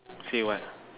say what